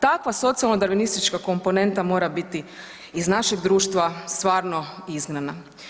Takva socijalno darvinistička komponenta mora biti iz našeg društva stvarno izgnana.